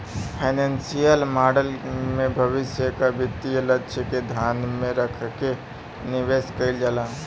financial model में भविष्य क वित्तीय लक्ष्य के ध्यान में रखके निवेश कइल जाला